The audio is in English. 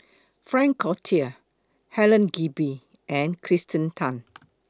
Frank Cloutier Helen Gilbey and Kirsten Tan